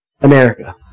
America